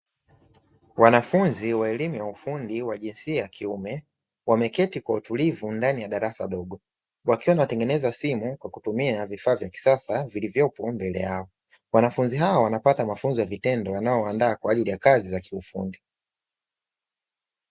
Wanafunzi wa elimu ya ufundi wa jinsia ya kiume wameketi kwa utulivu ndani ya darasa dogo wakiwa wanatengeneza simu kwa kutumia vifaa vya kisasa vilivyopo mbele yao, wanafunzi hao wanapata mafunzo ya vitendo yanayowaandaa kwa ajili ya kazi za kiufundi.